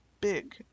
big